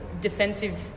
defensive